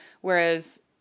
whereas